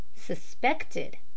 Suspected